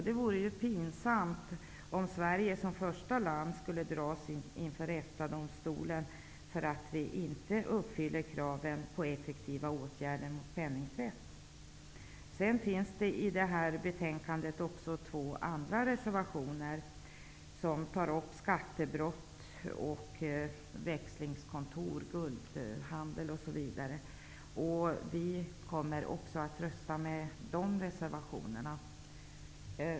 Det vore pinsamt om Sverige, som första land, skulle dras inför EFTA-domstolen därför att Sverige inte uppfyller kravet på effektiva åtgärder mot penningtvätt. I detta betänkande finns också två andra reservationer i vilka exempelvis skattebrott, valutaväxlingskontor och guldhandel tas upp. Vänsterpartiet kommer att rösta för dessa reservationer.